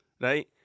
Right